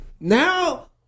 Now